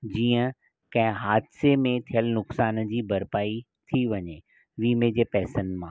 जीअं कंहिं हादसे में थियुल नुक़सान जी भरपाई थी वञे विमे जे पैसनि मां